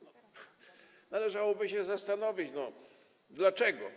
Należałoby się zastanowić dlaczego.